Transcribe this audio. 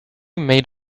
made